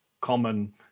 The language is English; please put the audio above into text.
common